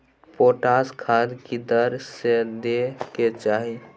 Potash खाद की दर से दै के चाही?